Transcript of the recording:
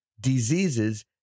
diseases